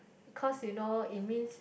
cause you know it means